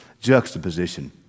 juxtaposition